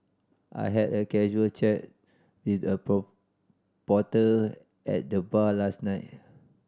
I had a casual chat with a porter at the bar last night